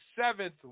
seventh